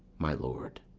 my lord?